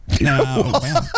No